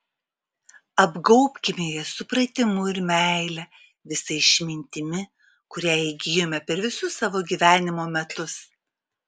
apgaubkime jas supratimu ir meile visa išmintimi kurią įgijome per visus savo gyvenimo metus